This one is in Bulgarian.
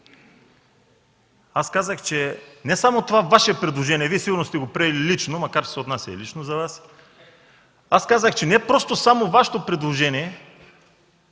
Казах, че не само това Ваше предложение – Вие сигурно сте го приели лично, макар че се отнася и лично за Вас, казах, че не просто само Вашето предложение,